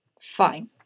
Fine